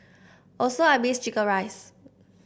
also I miss chicken rice